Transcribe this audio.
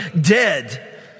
dead